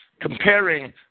Comparing